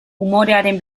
umorearen